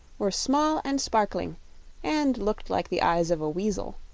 were small and sparkling and looked like the eyes of a weasel.